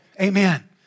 Amen